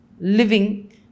living